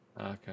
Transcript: Okay